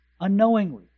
unknowingly